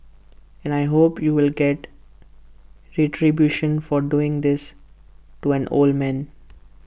and I hope you will get retribution for doing this to an old man